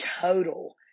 total